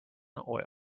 oil